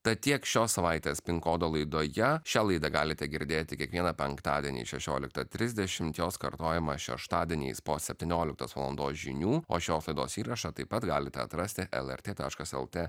tad tiek šios savaitės pin kodo laidoje šią laidą galite girdėti kiekvieną penktadienį šešioliktą trisdešimt jos kartojimą šeštadieniais po septynioliktos valandos žinių o šios laidos įrašą taip pat galite atrasti lrt taškas lt